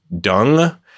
dung